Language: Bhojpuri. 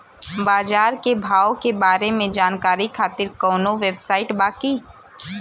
बाजार के भाव के बारे में जानकारी खातिर कवनो वेबसाइट बा की?